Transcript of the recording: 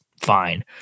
fine